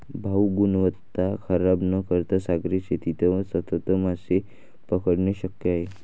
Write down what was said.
भाऊ, गुणवत्ता खराब न करता सागरी शेतीत सतत मासे पकडणे शक्य आहे